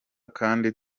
kandi